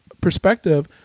perspective